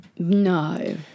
No